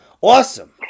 awesome